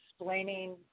explaining